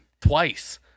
Twice